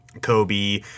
Kobe